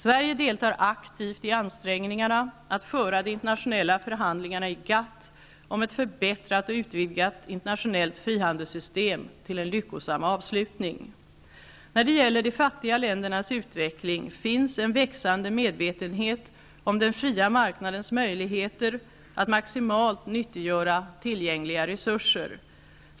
Sverige deltar aktivt i ansträngningarna att föra de internationella förhandlingarna i GATT om ett förbättrat och utvidgat internationellt frihandelssystem till en lyckosam avslutning. När det gäller de fattiga ländernas utveckling finns en växande medvetenhet om den fria marknadens möjligheter att maximalt nyttiggöra tillgängliga resurser.